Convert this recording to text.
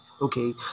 Okay